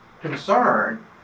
concern